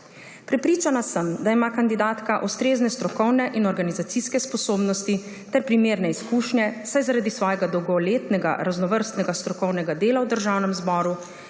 Prepričana sem, da ima kandidatka ustrezne strokovne in organizacijske sposobnosti ter primerne izkušnje, saj zaradi svojega dolgoletnega raznovrstnega strokovnega dela v Državnem zboru,